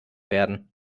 werden